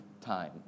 time